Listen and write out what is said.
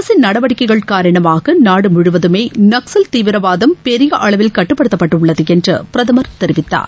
அரசின் நடவடிக்கைகள் காரணமாக நாடு முழுவதுமே நக்சல் தீவிரவாதம் பெரிய அளவில் கட்டுப்படுத்தப்பட்டுள்ளது என்று பிரதமர் தெரிவித்தார்